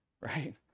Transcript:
right